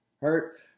hurt